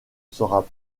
sera